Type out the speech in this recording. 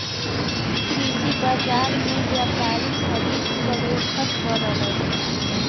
कृषि बाजार में व्यापारी खरीद फरोख्त करलन